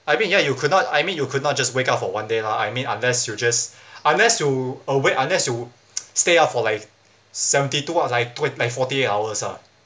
I think ya you could not I mean you could not just wake up for one day lah I mean unless you're just unless you awake unless you stay up for like seventy two hours like forty eight hours ah